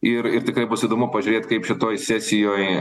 ir ir tikrai bus įdomu pažiūrėt kaip šitoj sesijoj